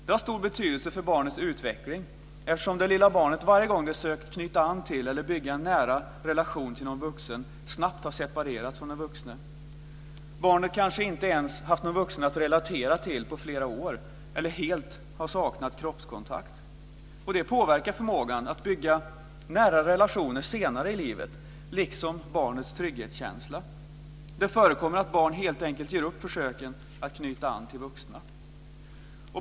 Det har stor betydelse för barnets utveckling eftersom det lilla barnet varje gång det sökt knyta an till eller bygga en nära relation till någon vuxen snabbt har separerats från den vuxne. Barnet kanske inte ens har haft någon vuxen att relatera till på flera år, eller helt har saknat kroppskontakt. Det påverkar förmågan att bygga nära relationer senare i livet liksom barnets trygghetskänsla. Det förekommer att barn helt enkelt ger upp försöken att knyta an till vuxna.